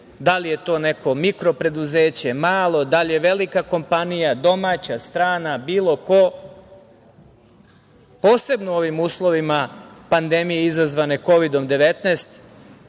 da li je to neko mikro preduzeće, malo, da li je velika kompanija, domaća, strana, bilo ko posebno u ovim uslovima pandemije izazvane Kovidom 19